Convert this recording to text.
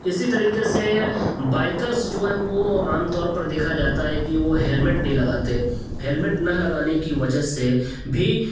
اسی طریقے سے بائیکرس جو ہے وہ عام طور پر دیکھا جاتا ہے کہ وہ ہیلمیٹ نہیں لگاتے ہیلیمٹ نہ لگانے کی وجہ سے بھی